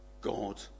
God